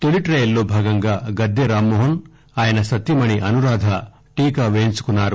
తొలి ట్రయల్లో భాగంగా గద్దె రామ్మోహన్ ఆయన సతీమణి అనురాధ టీకా పేయించుకున్నారు